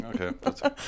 Okay